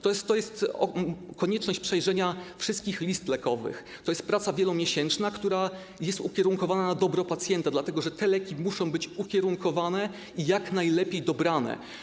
To jest konieczność przejrzenia wszystkich list lekowych, to jest praca wielomiesięczna, która jest ukierunkowana na dobro pacjenta, dlatego że te leki muszą być ukierunkowane i jak najlepiej dobrane.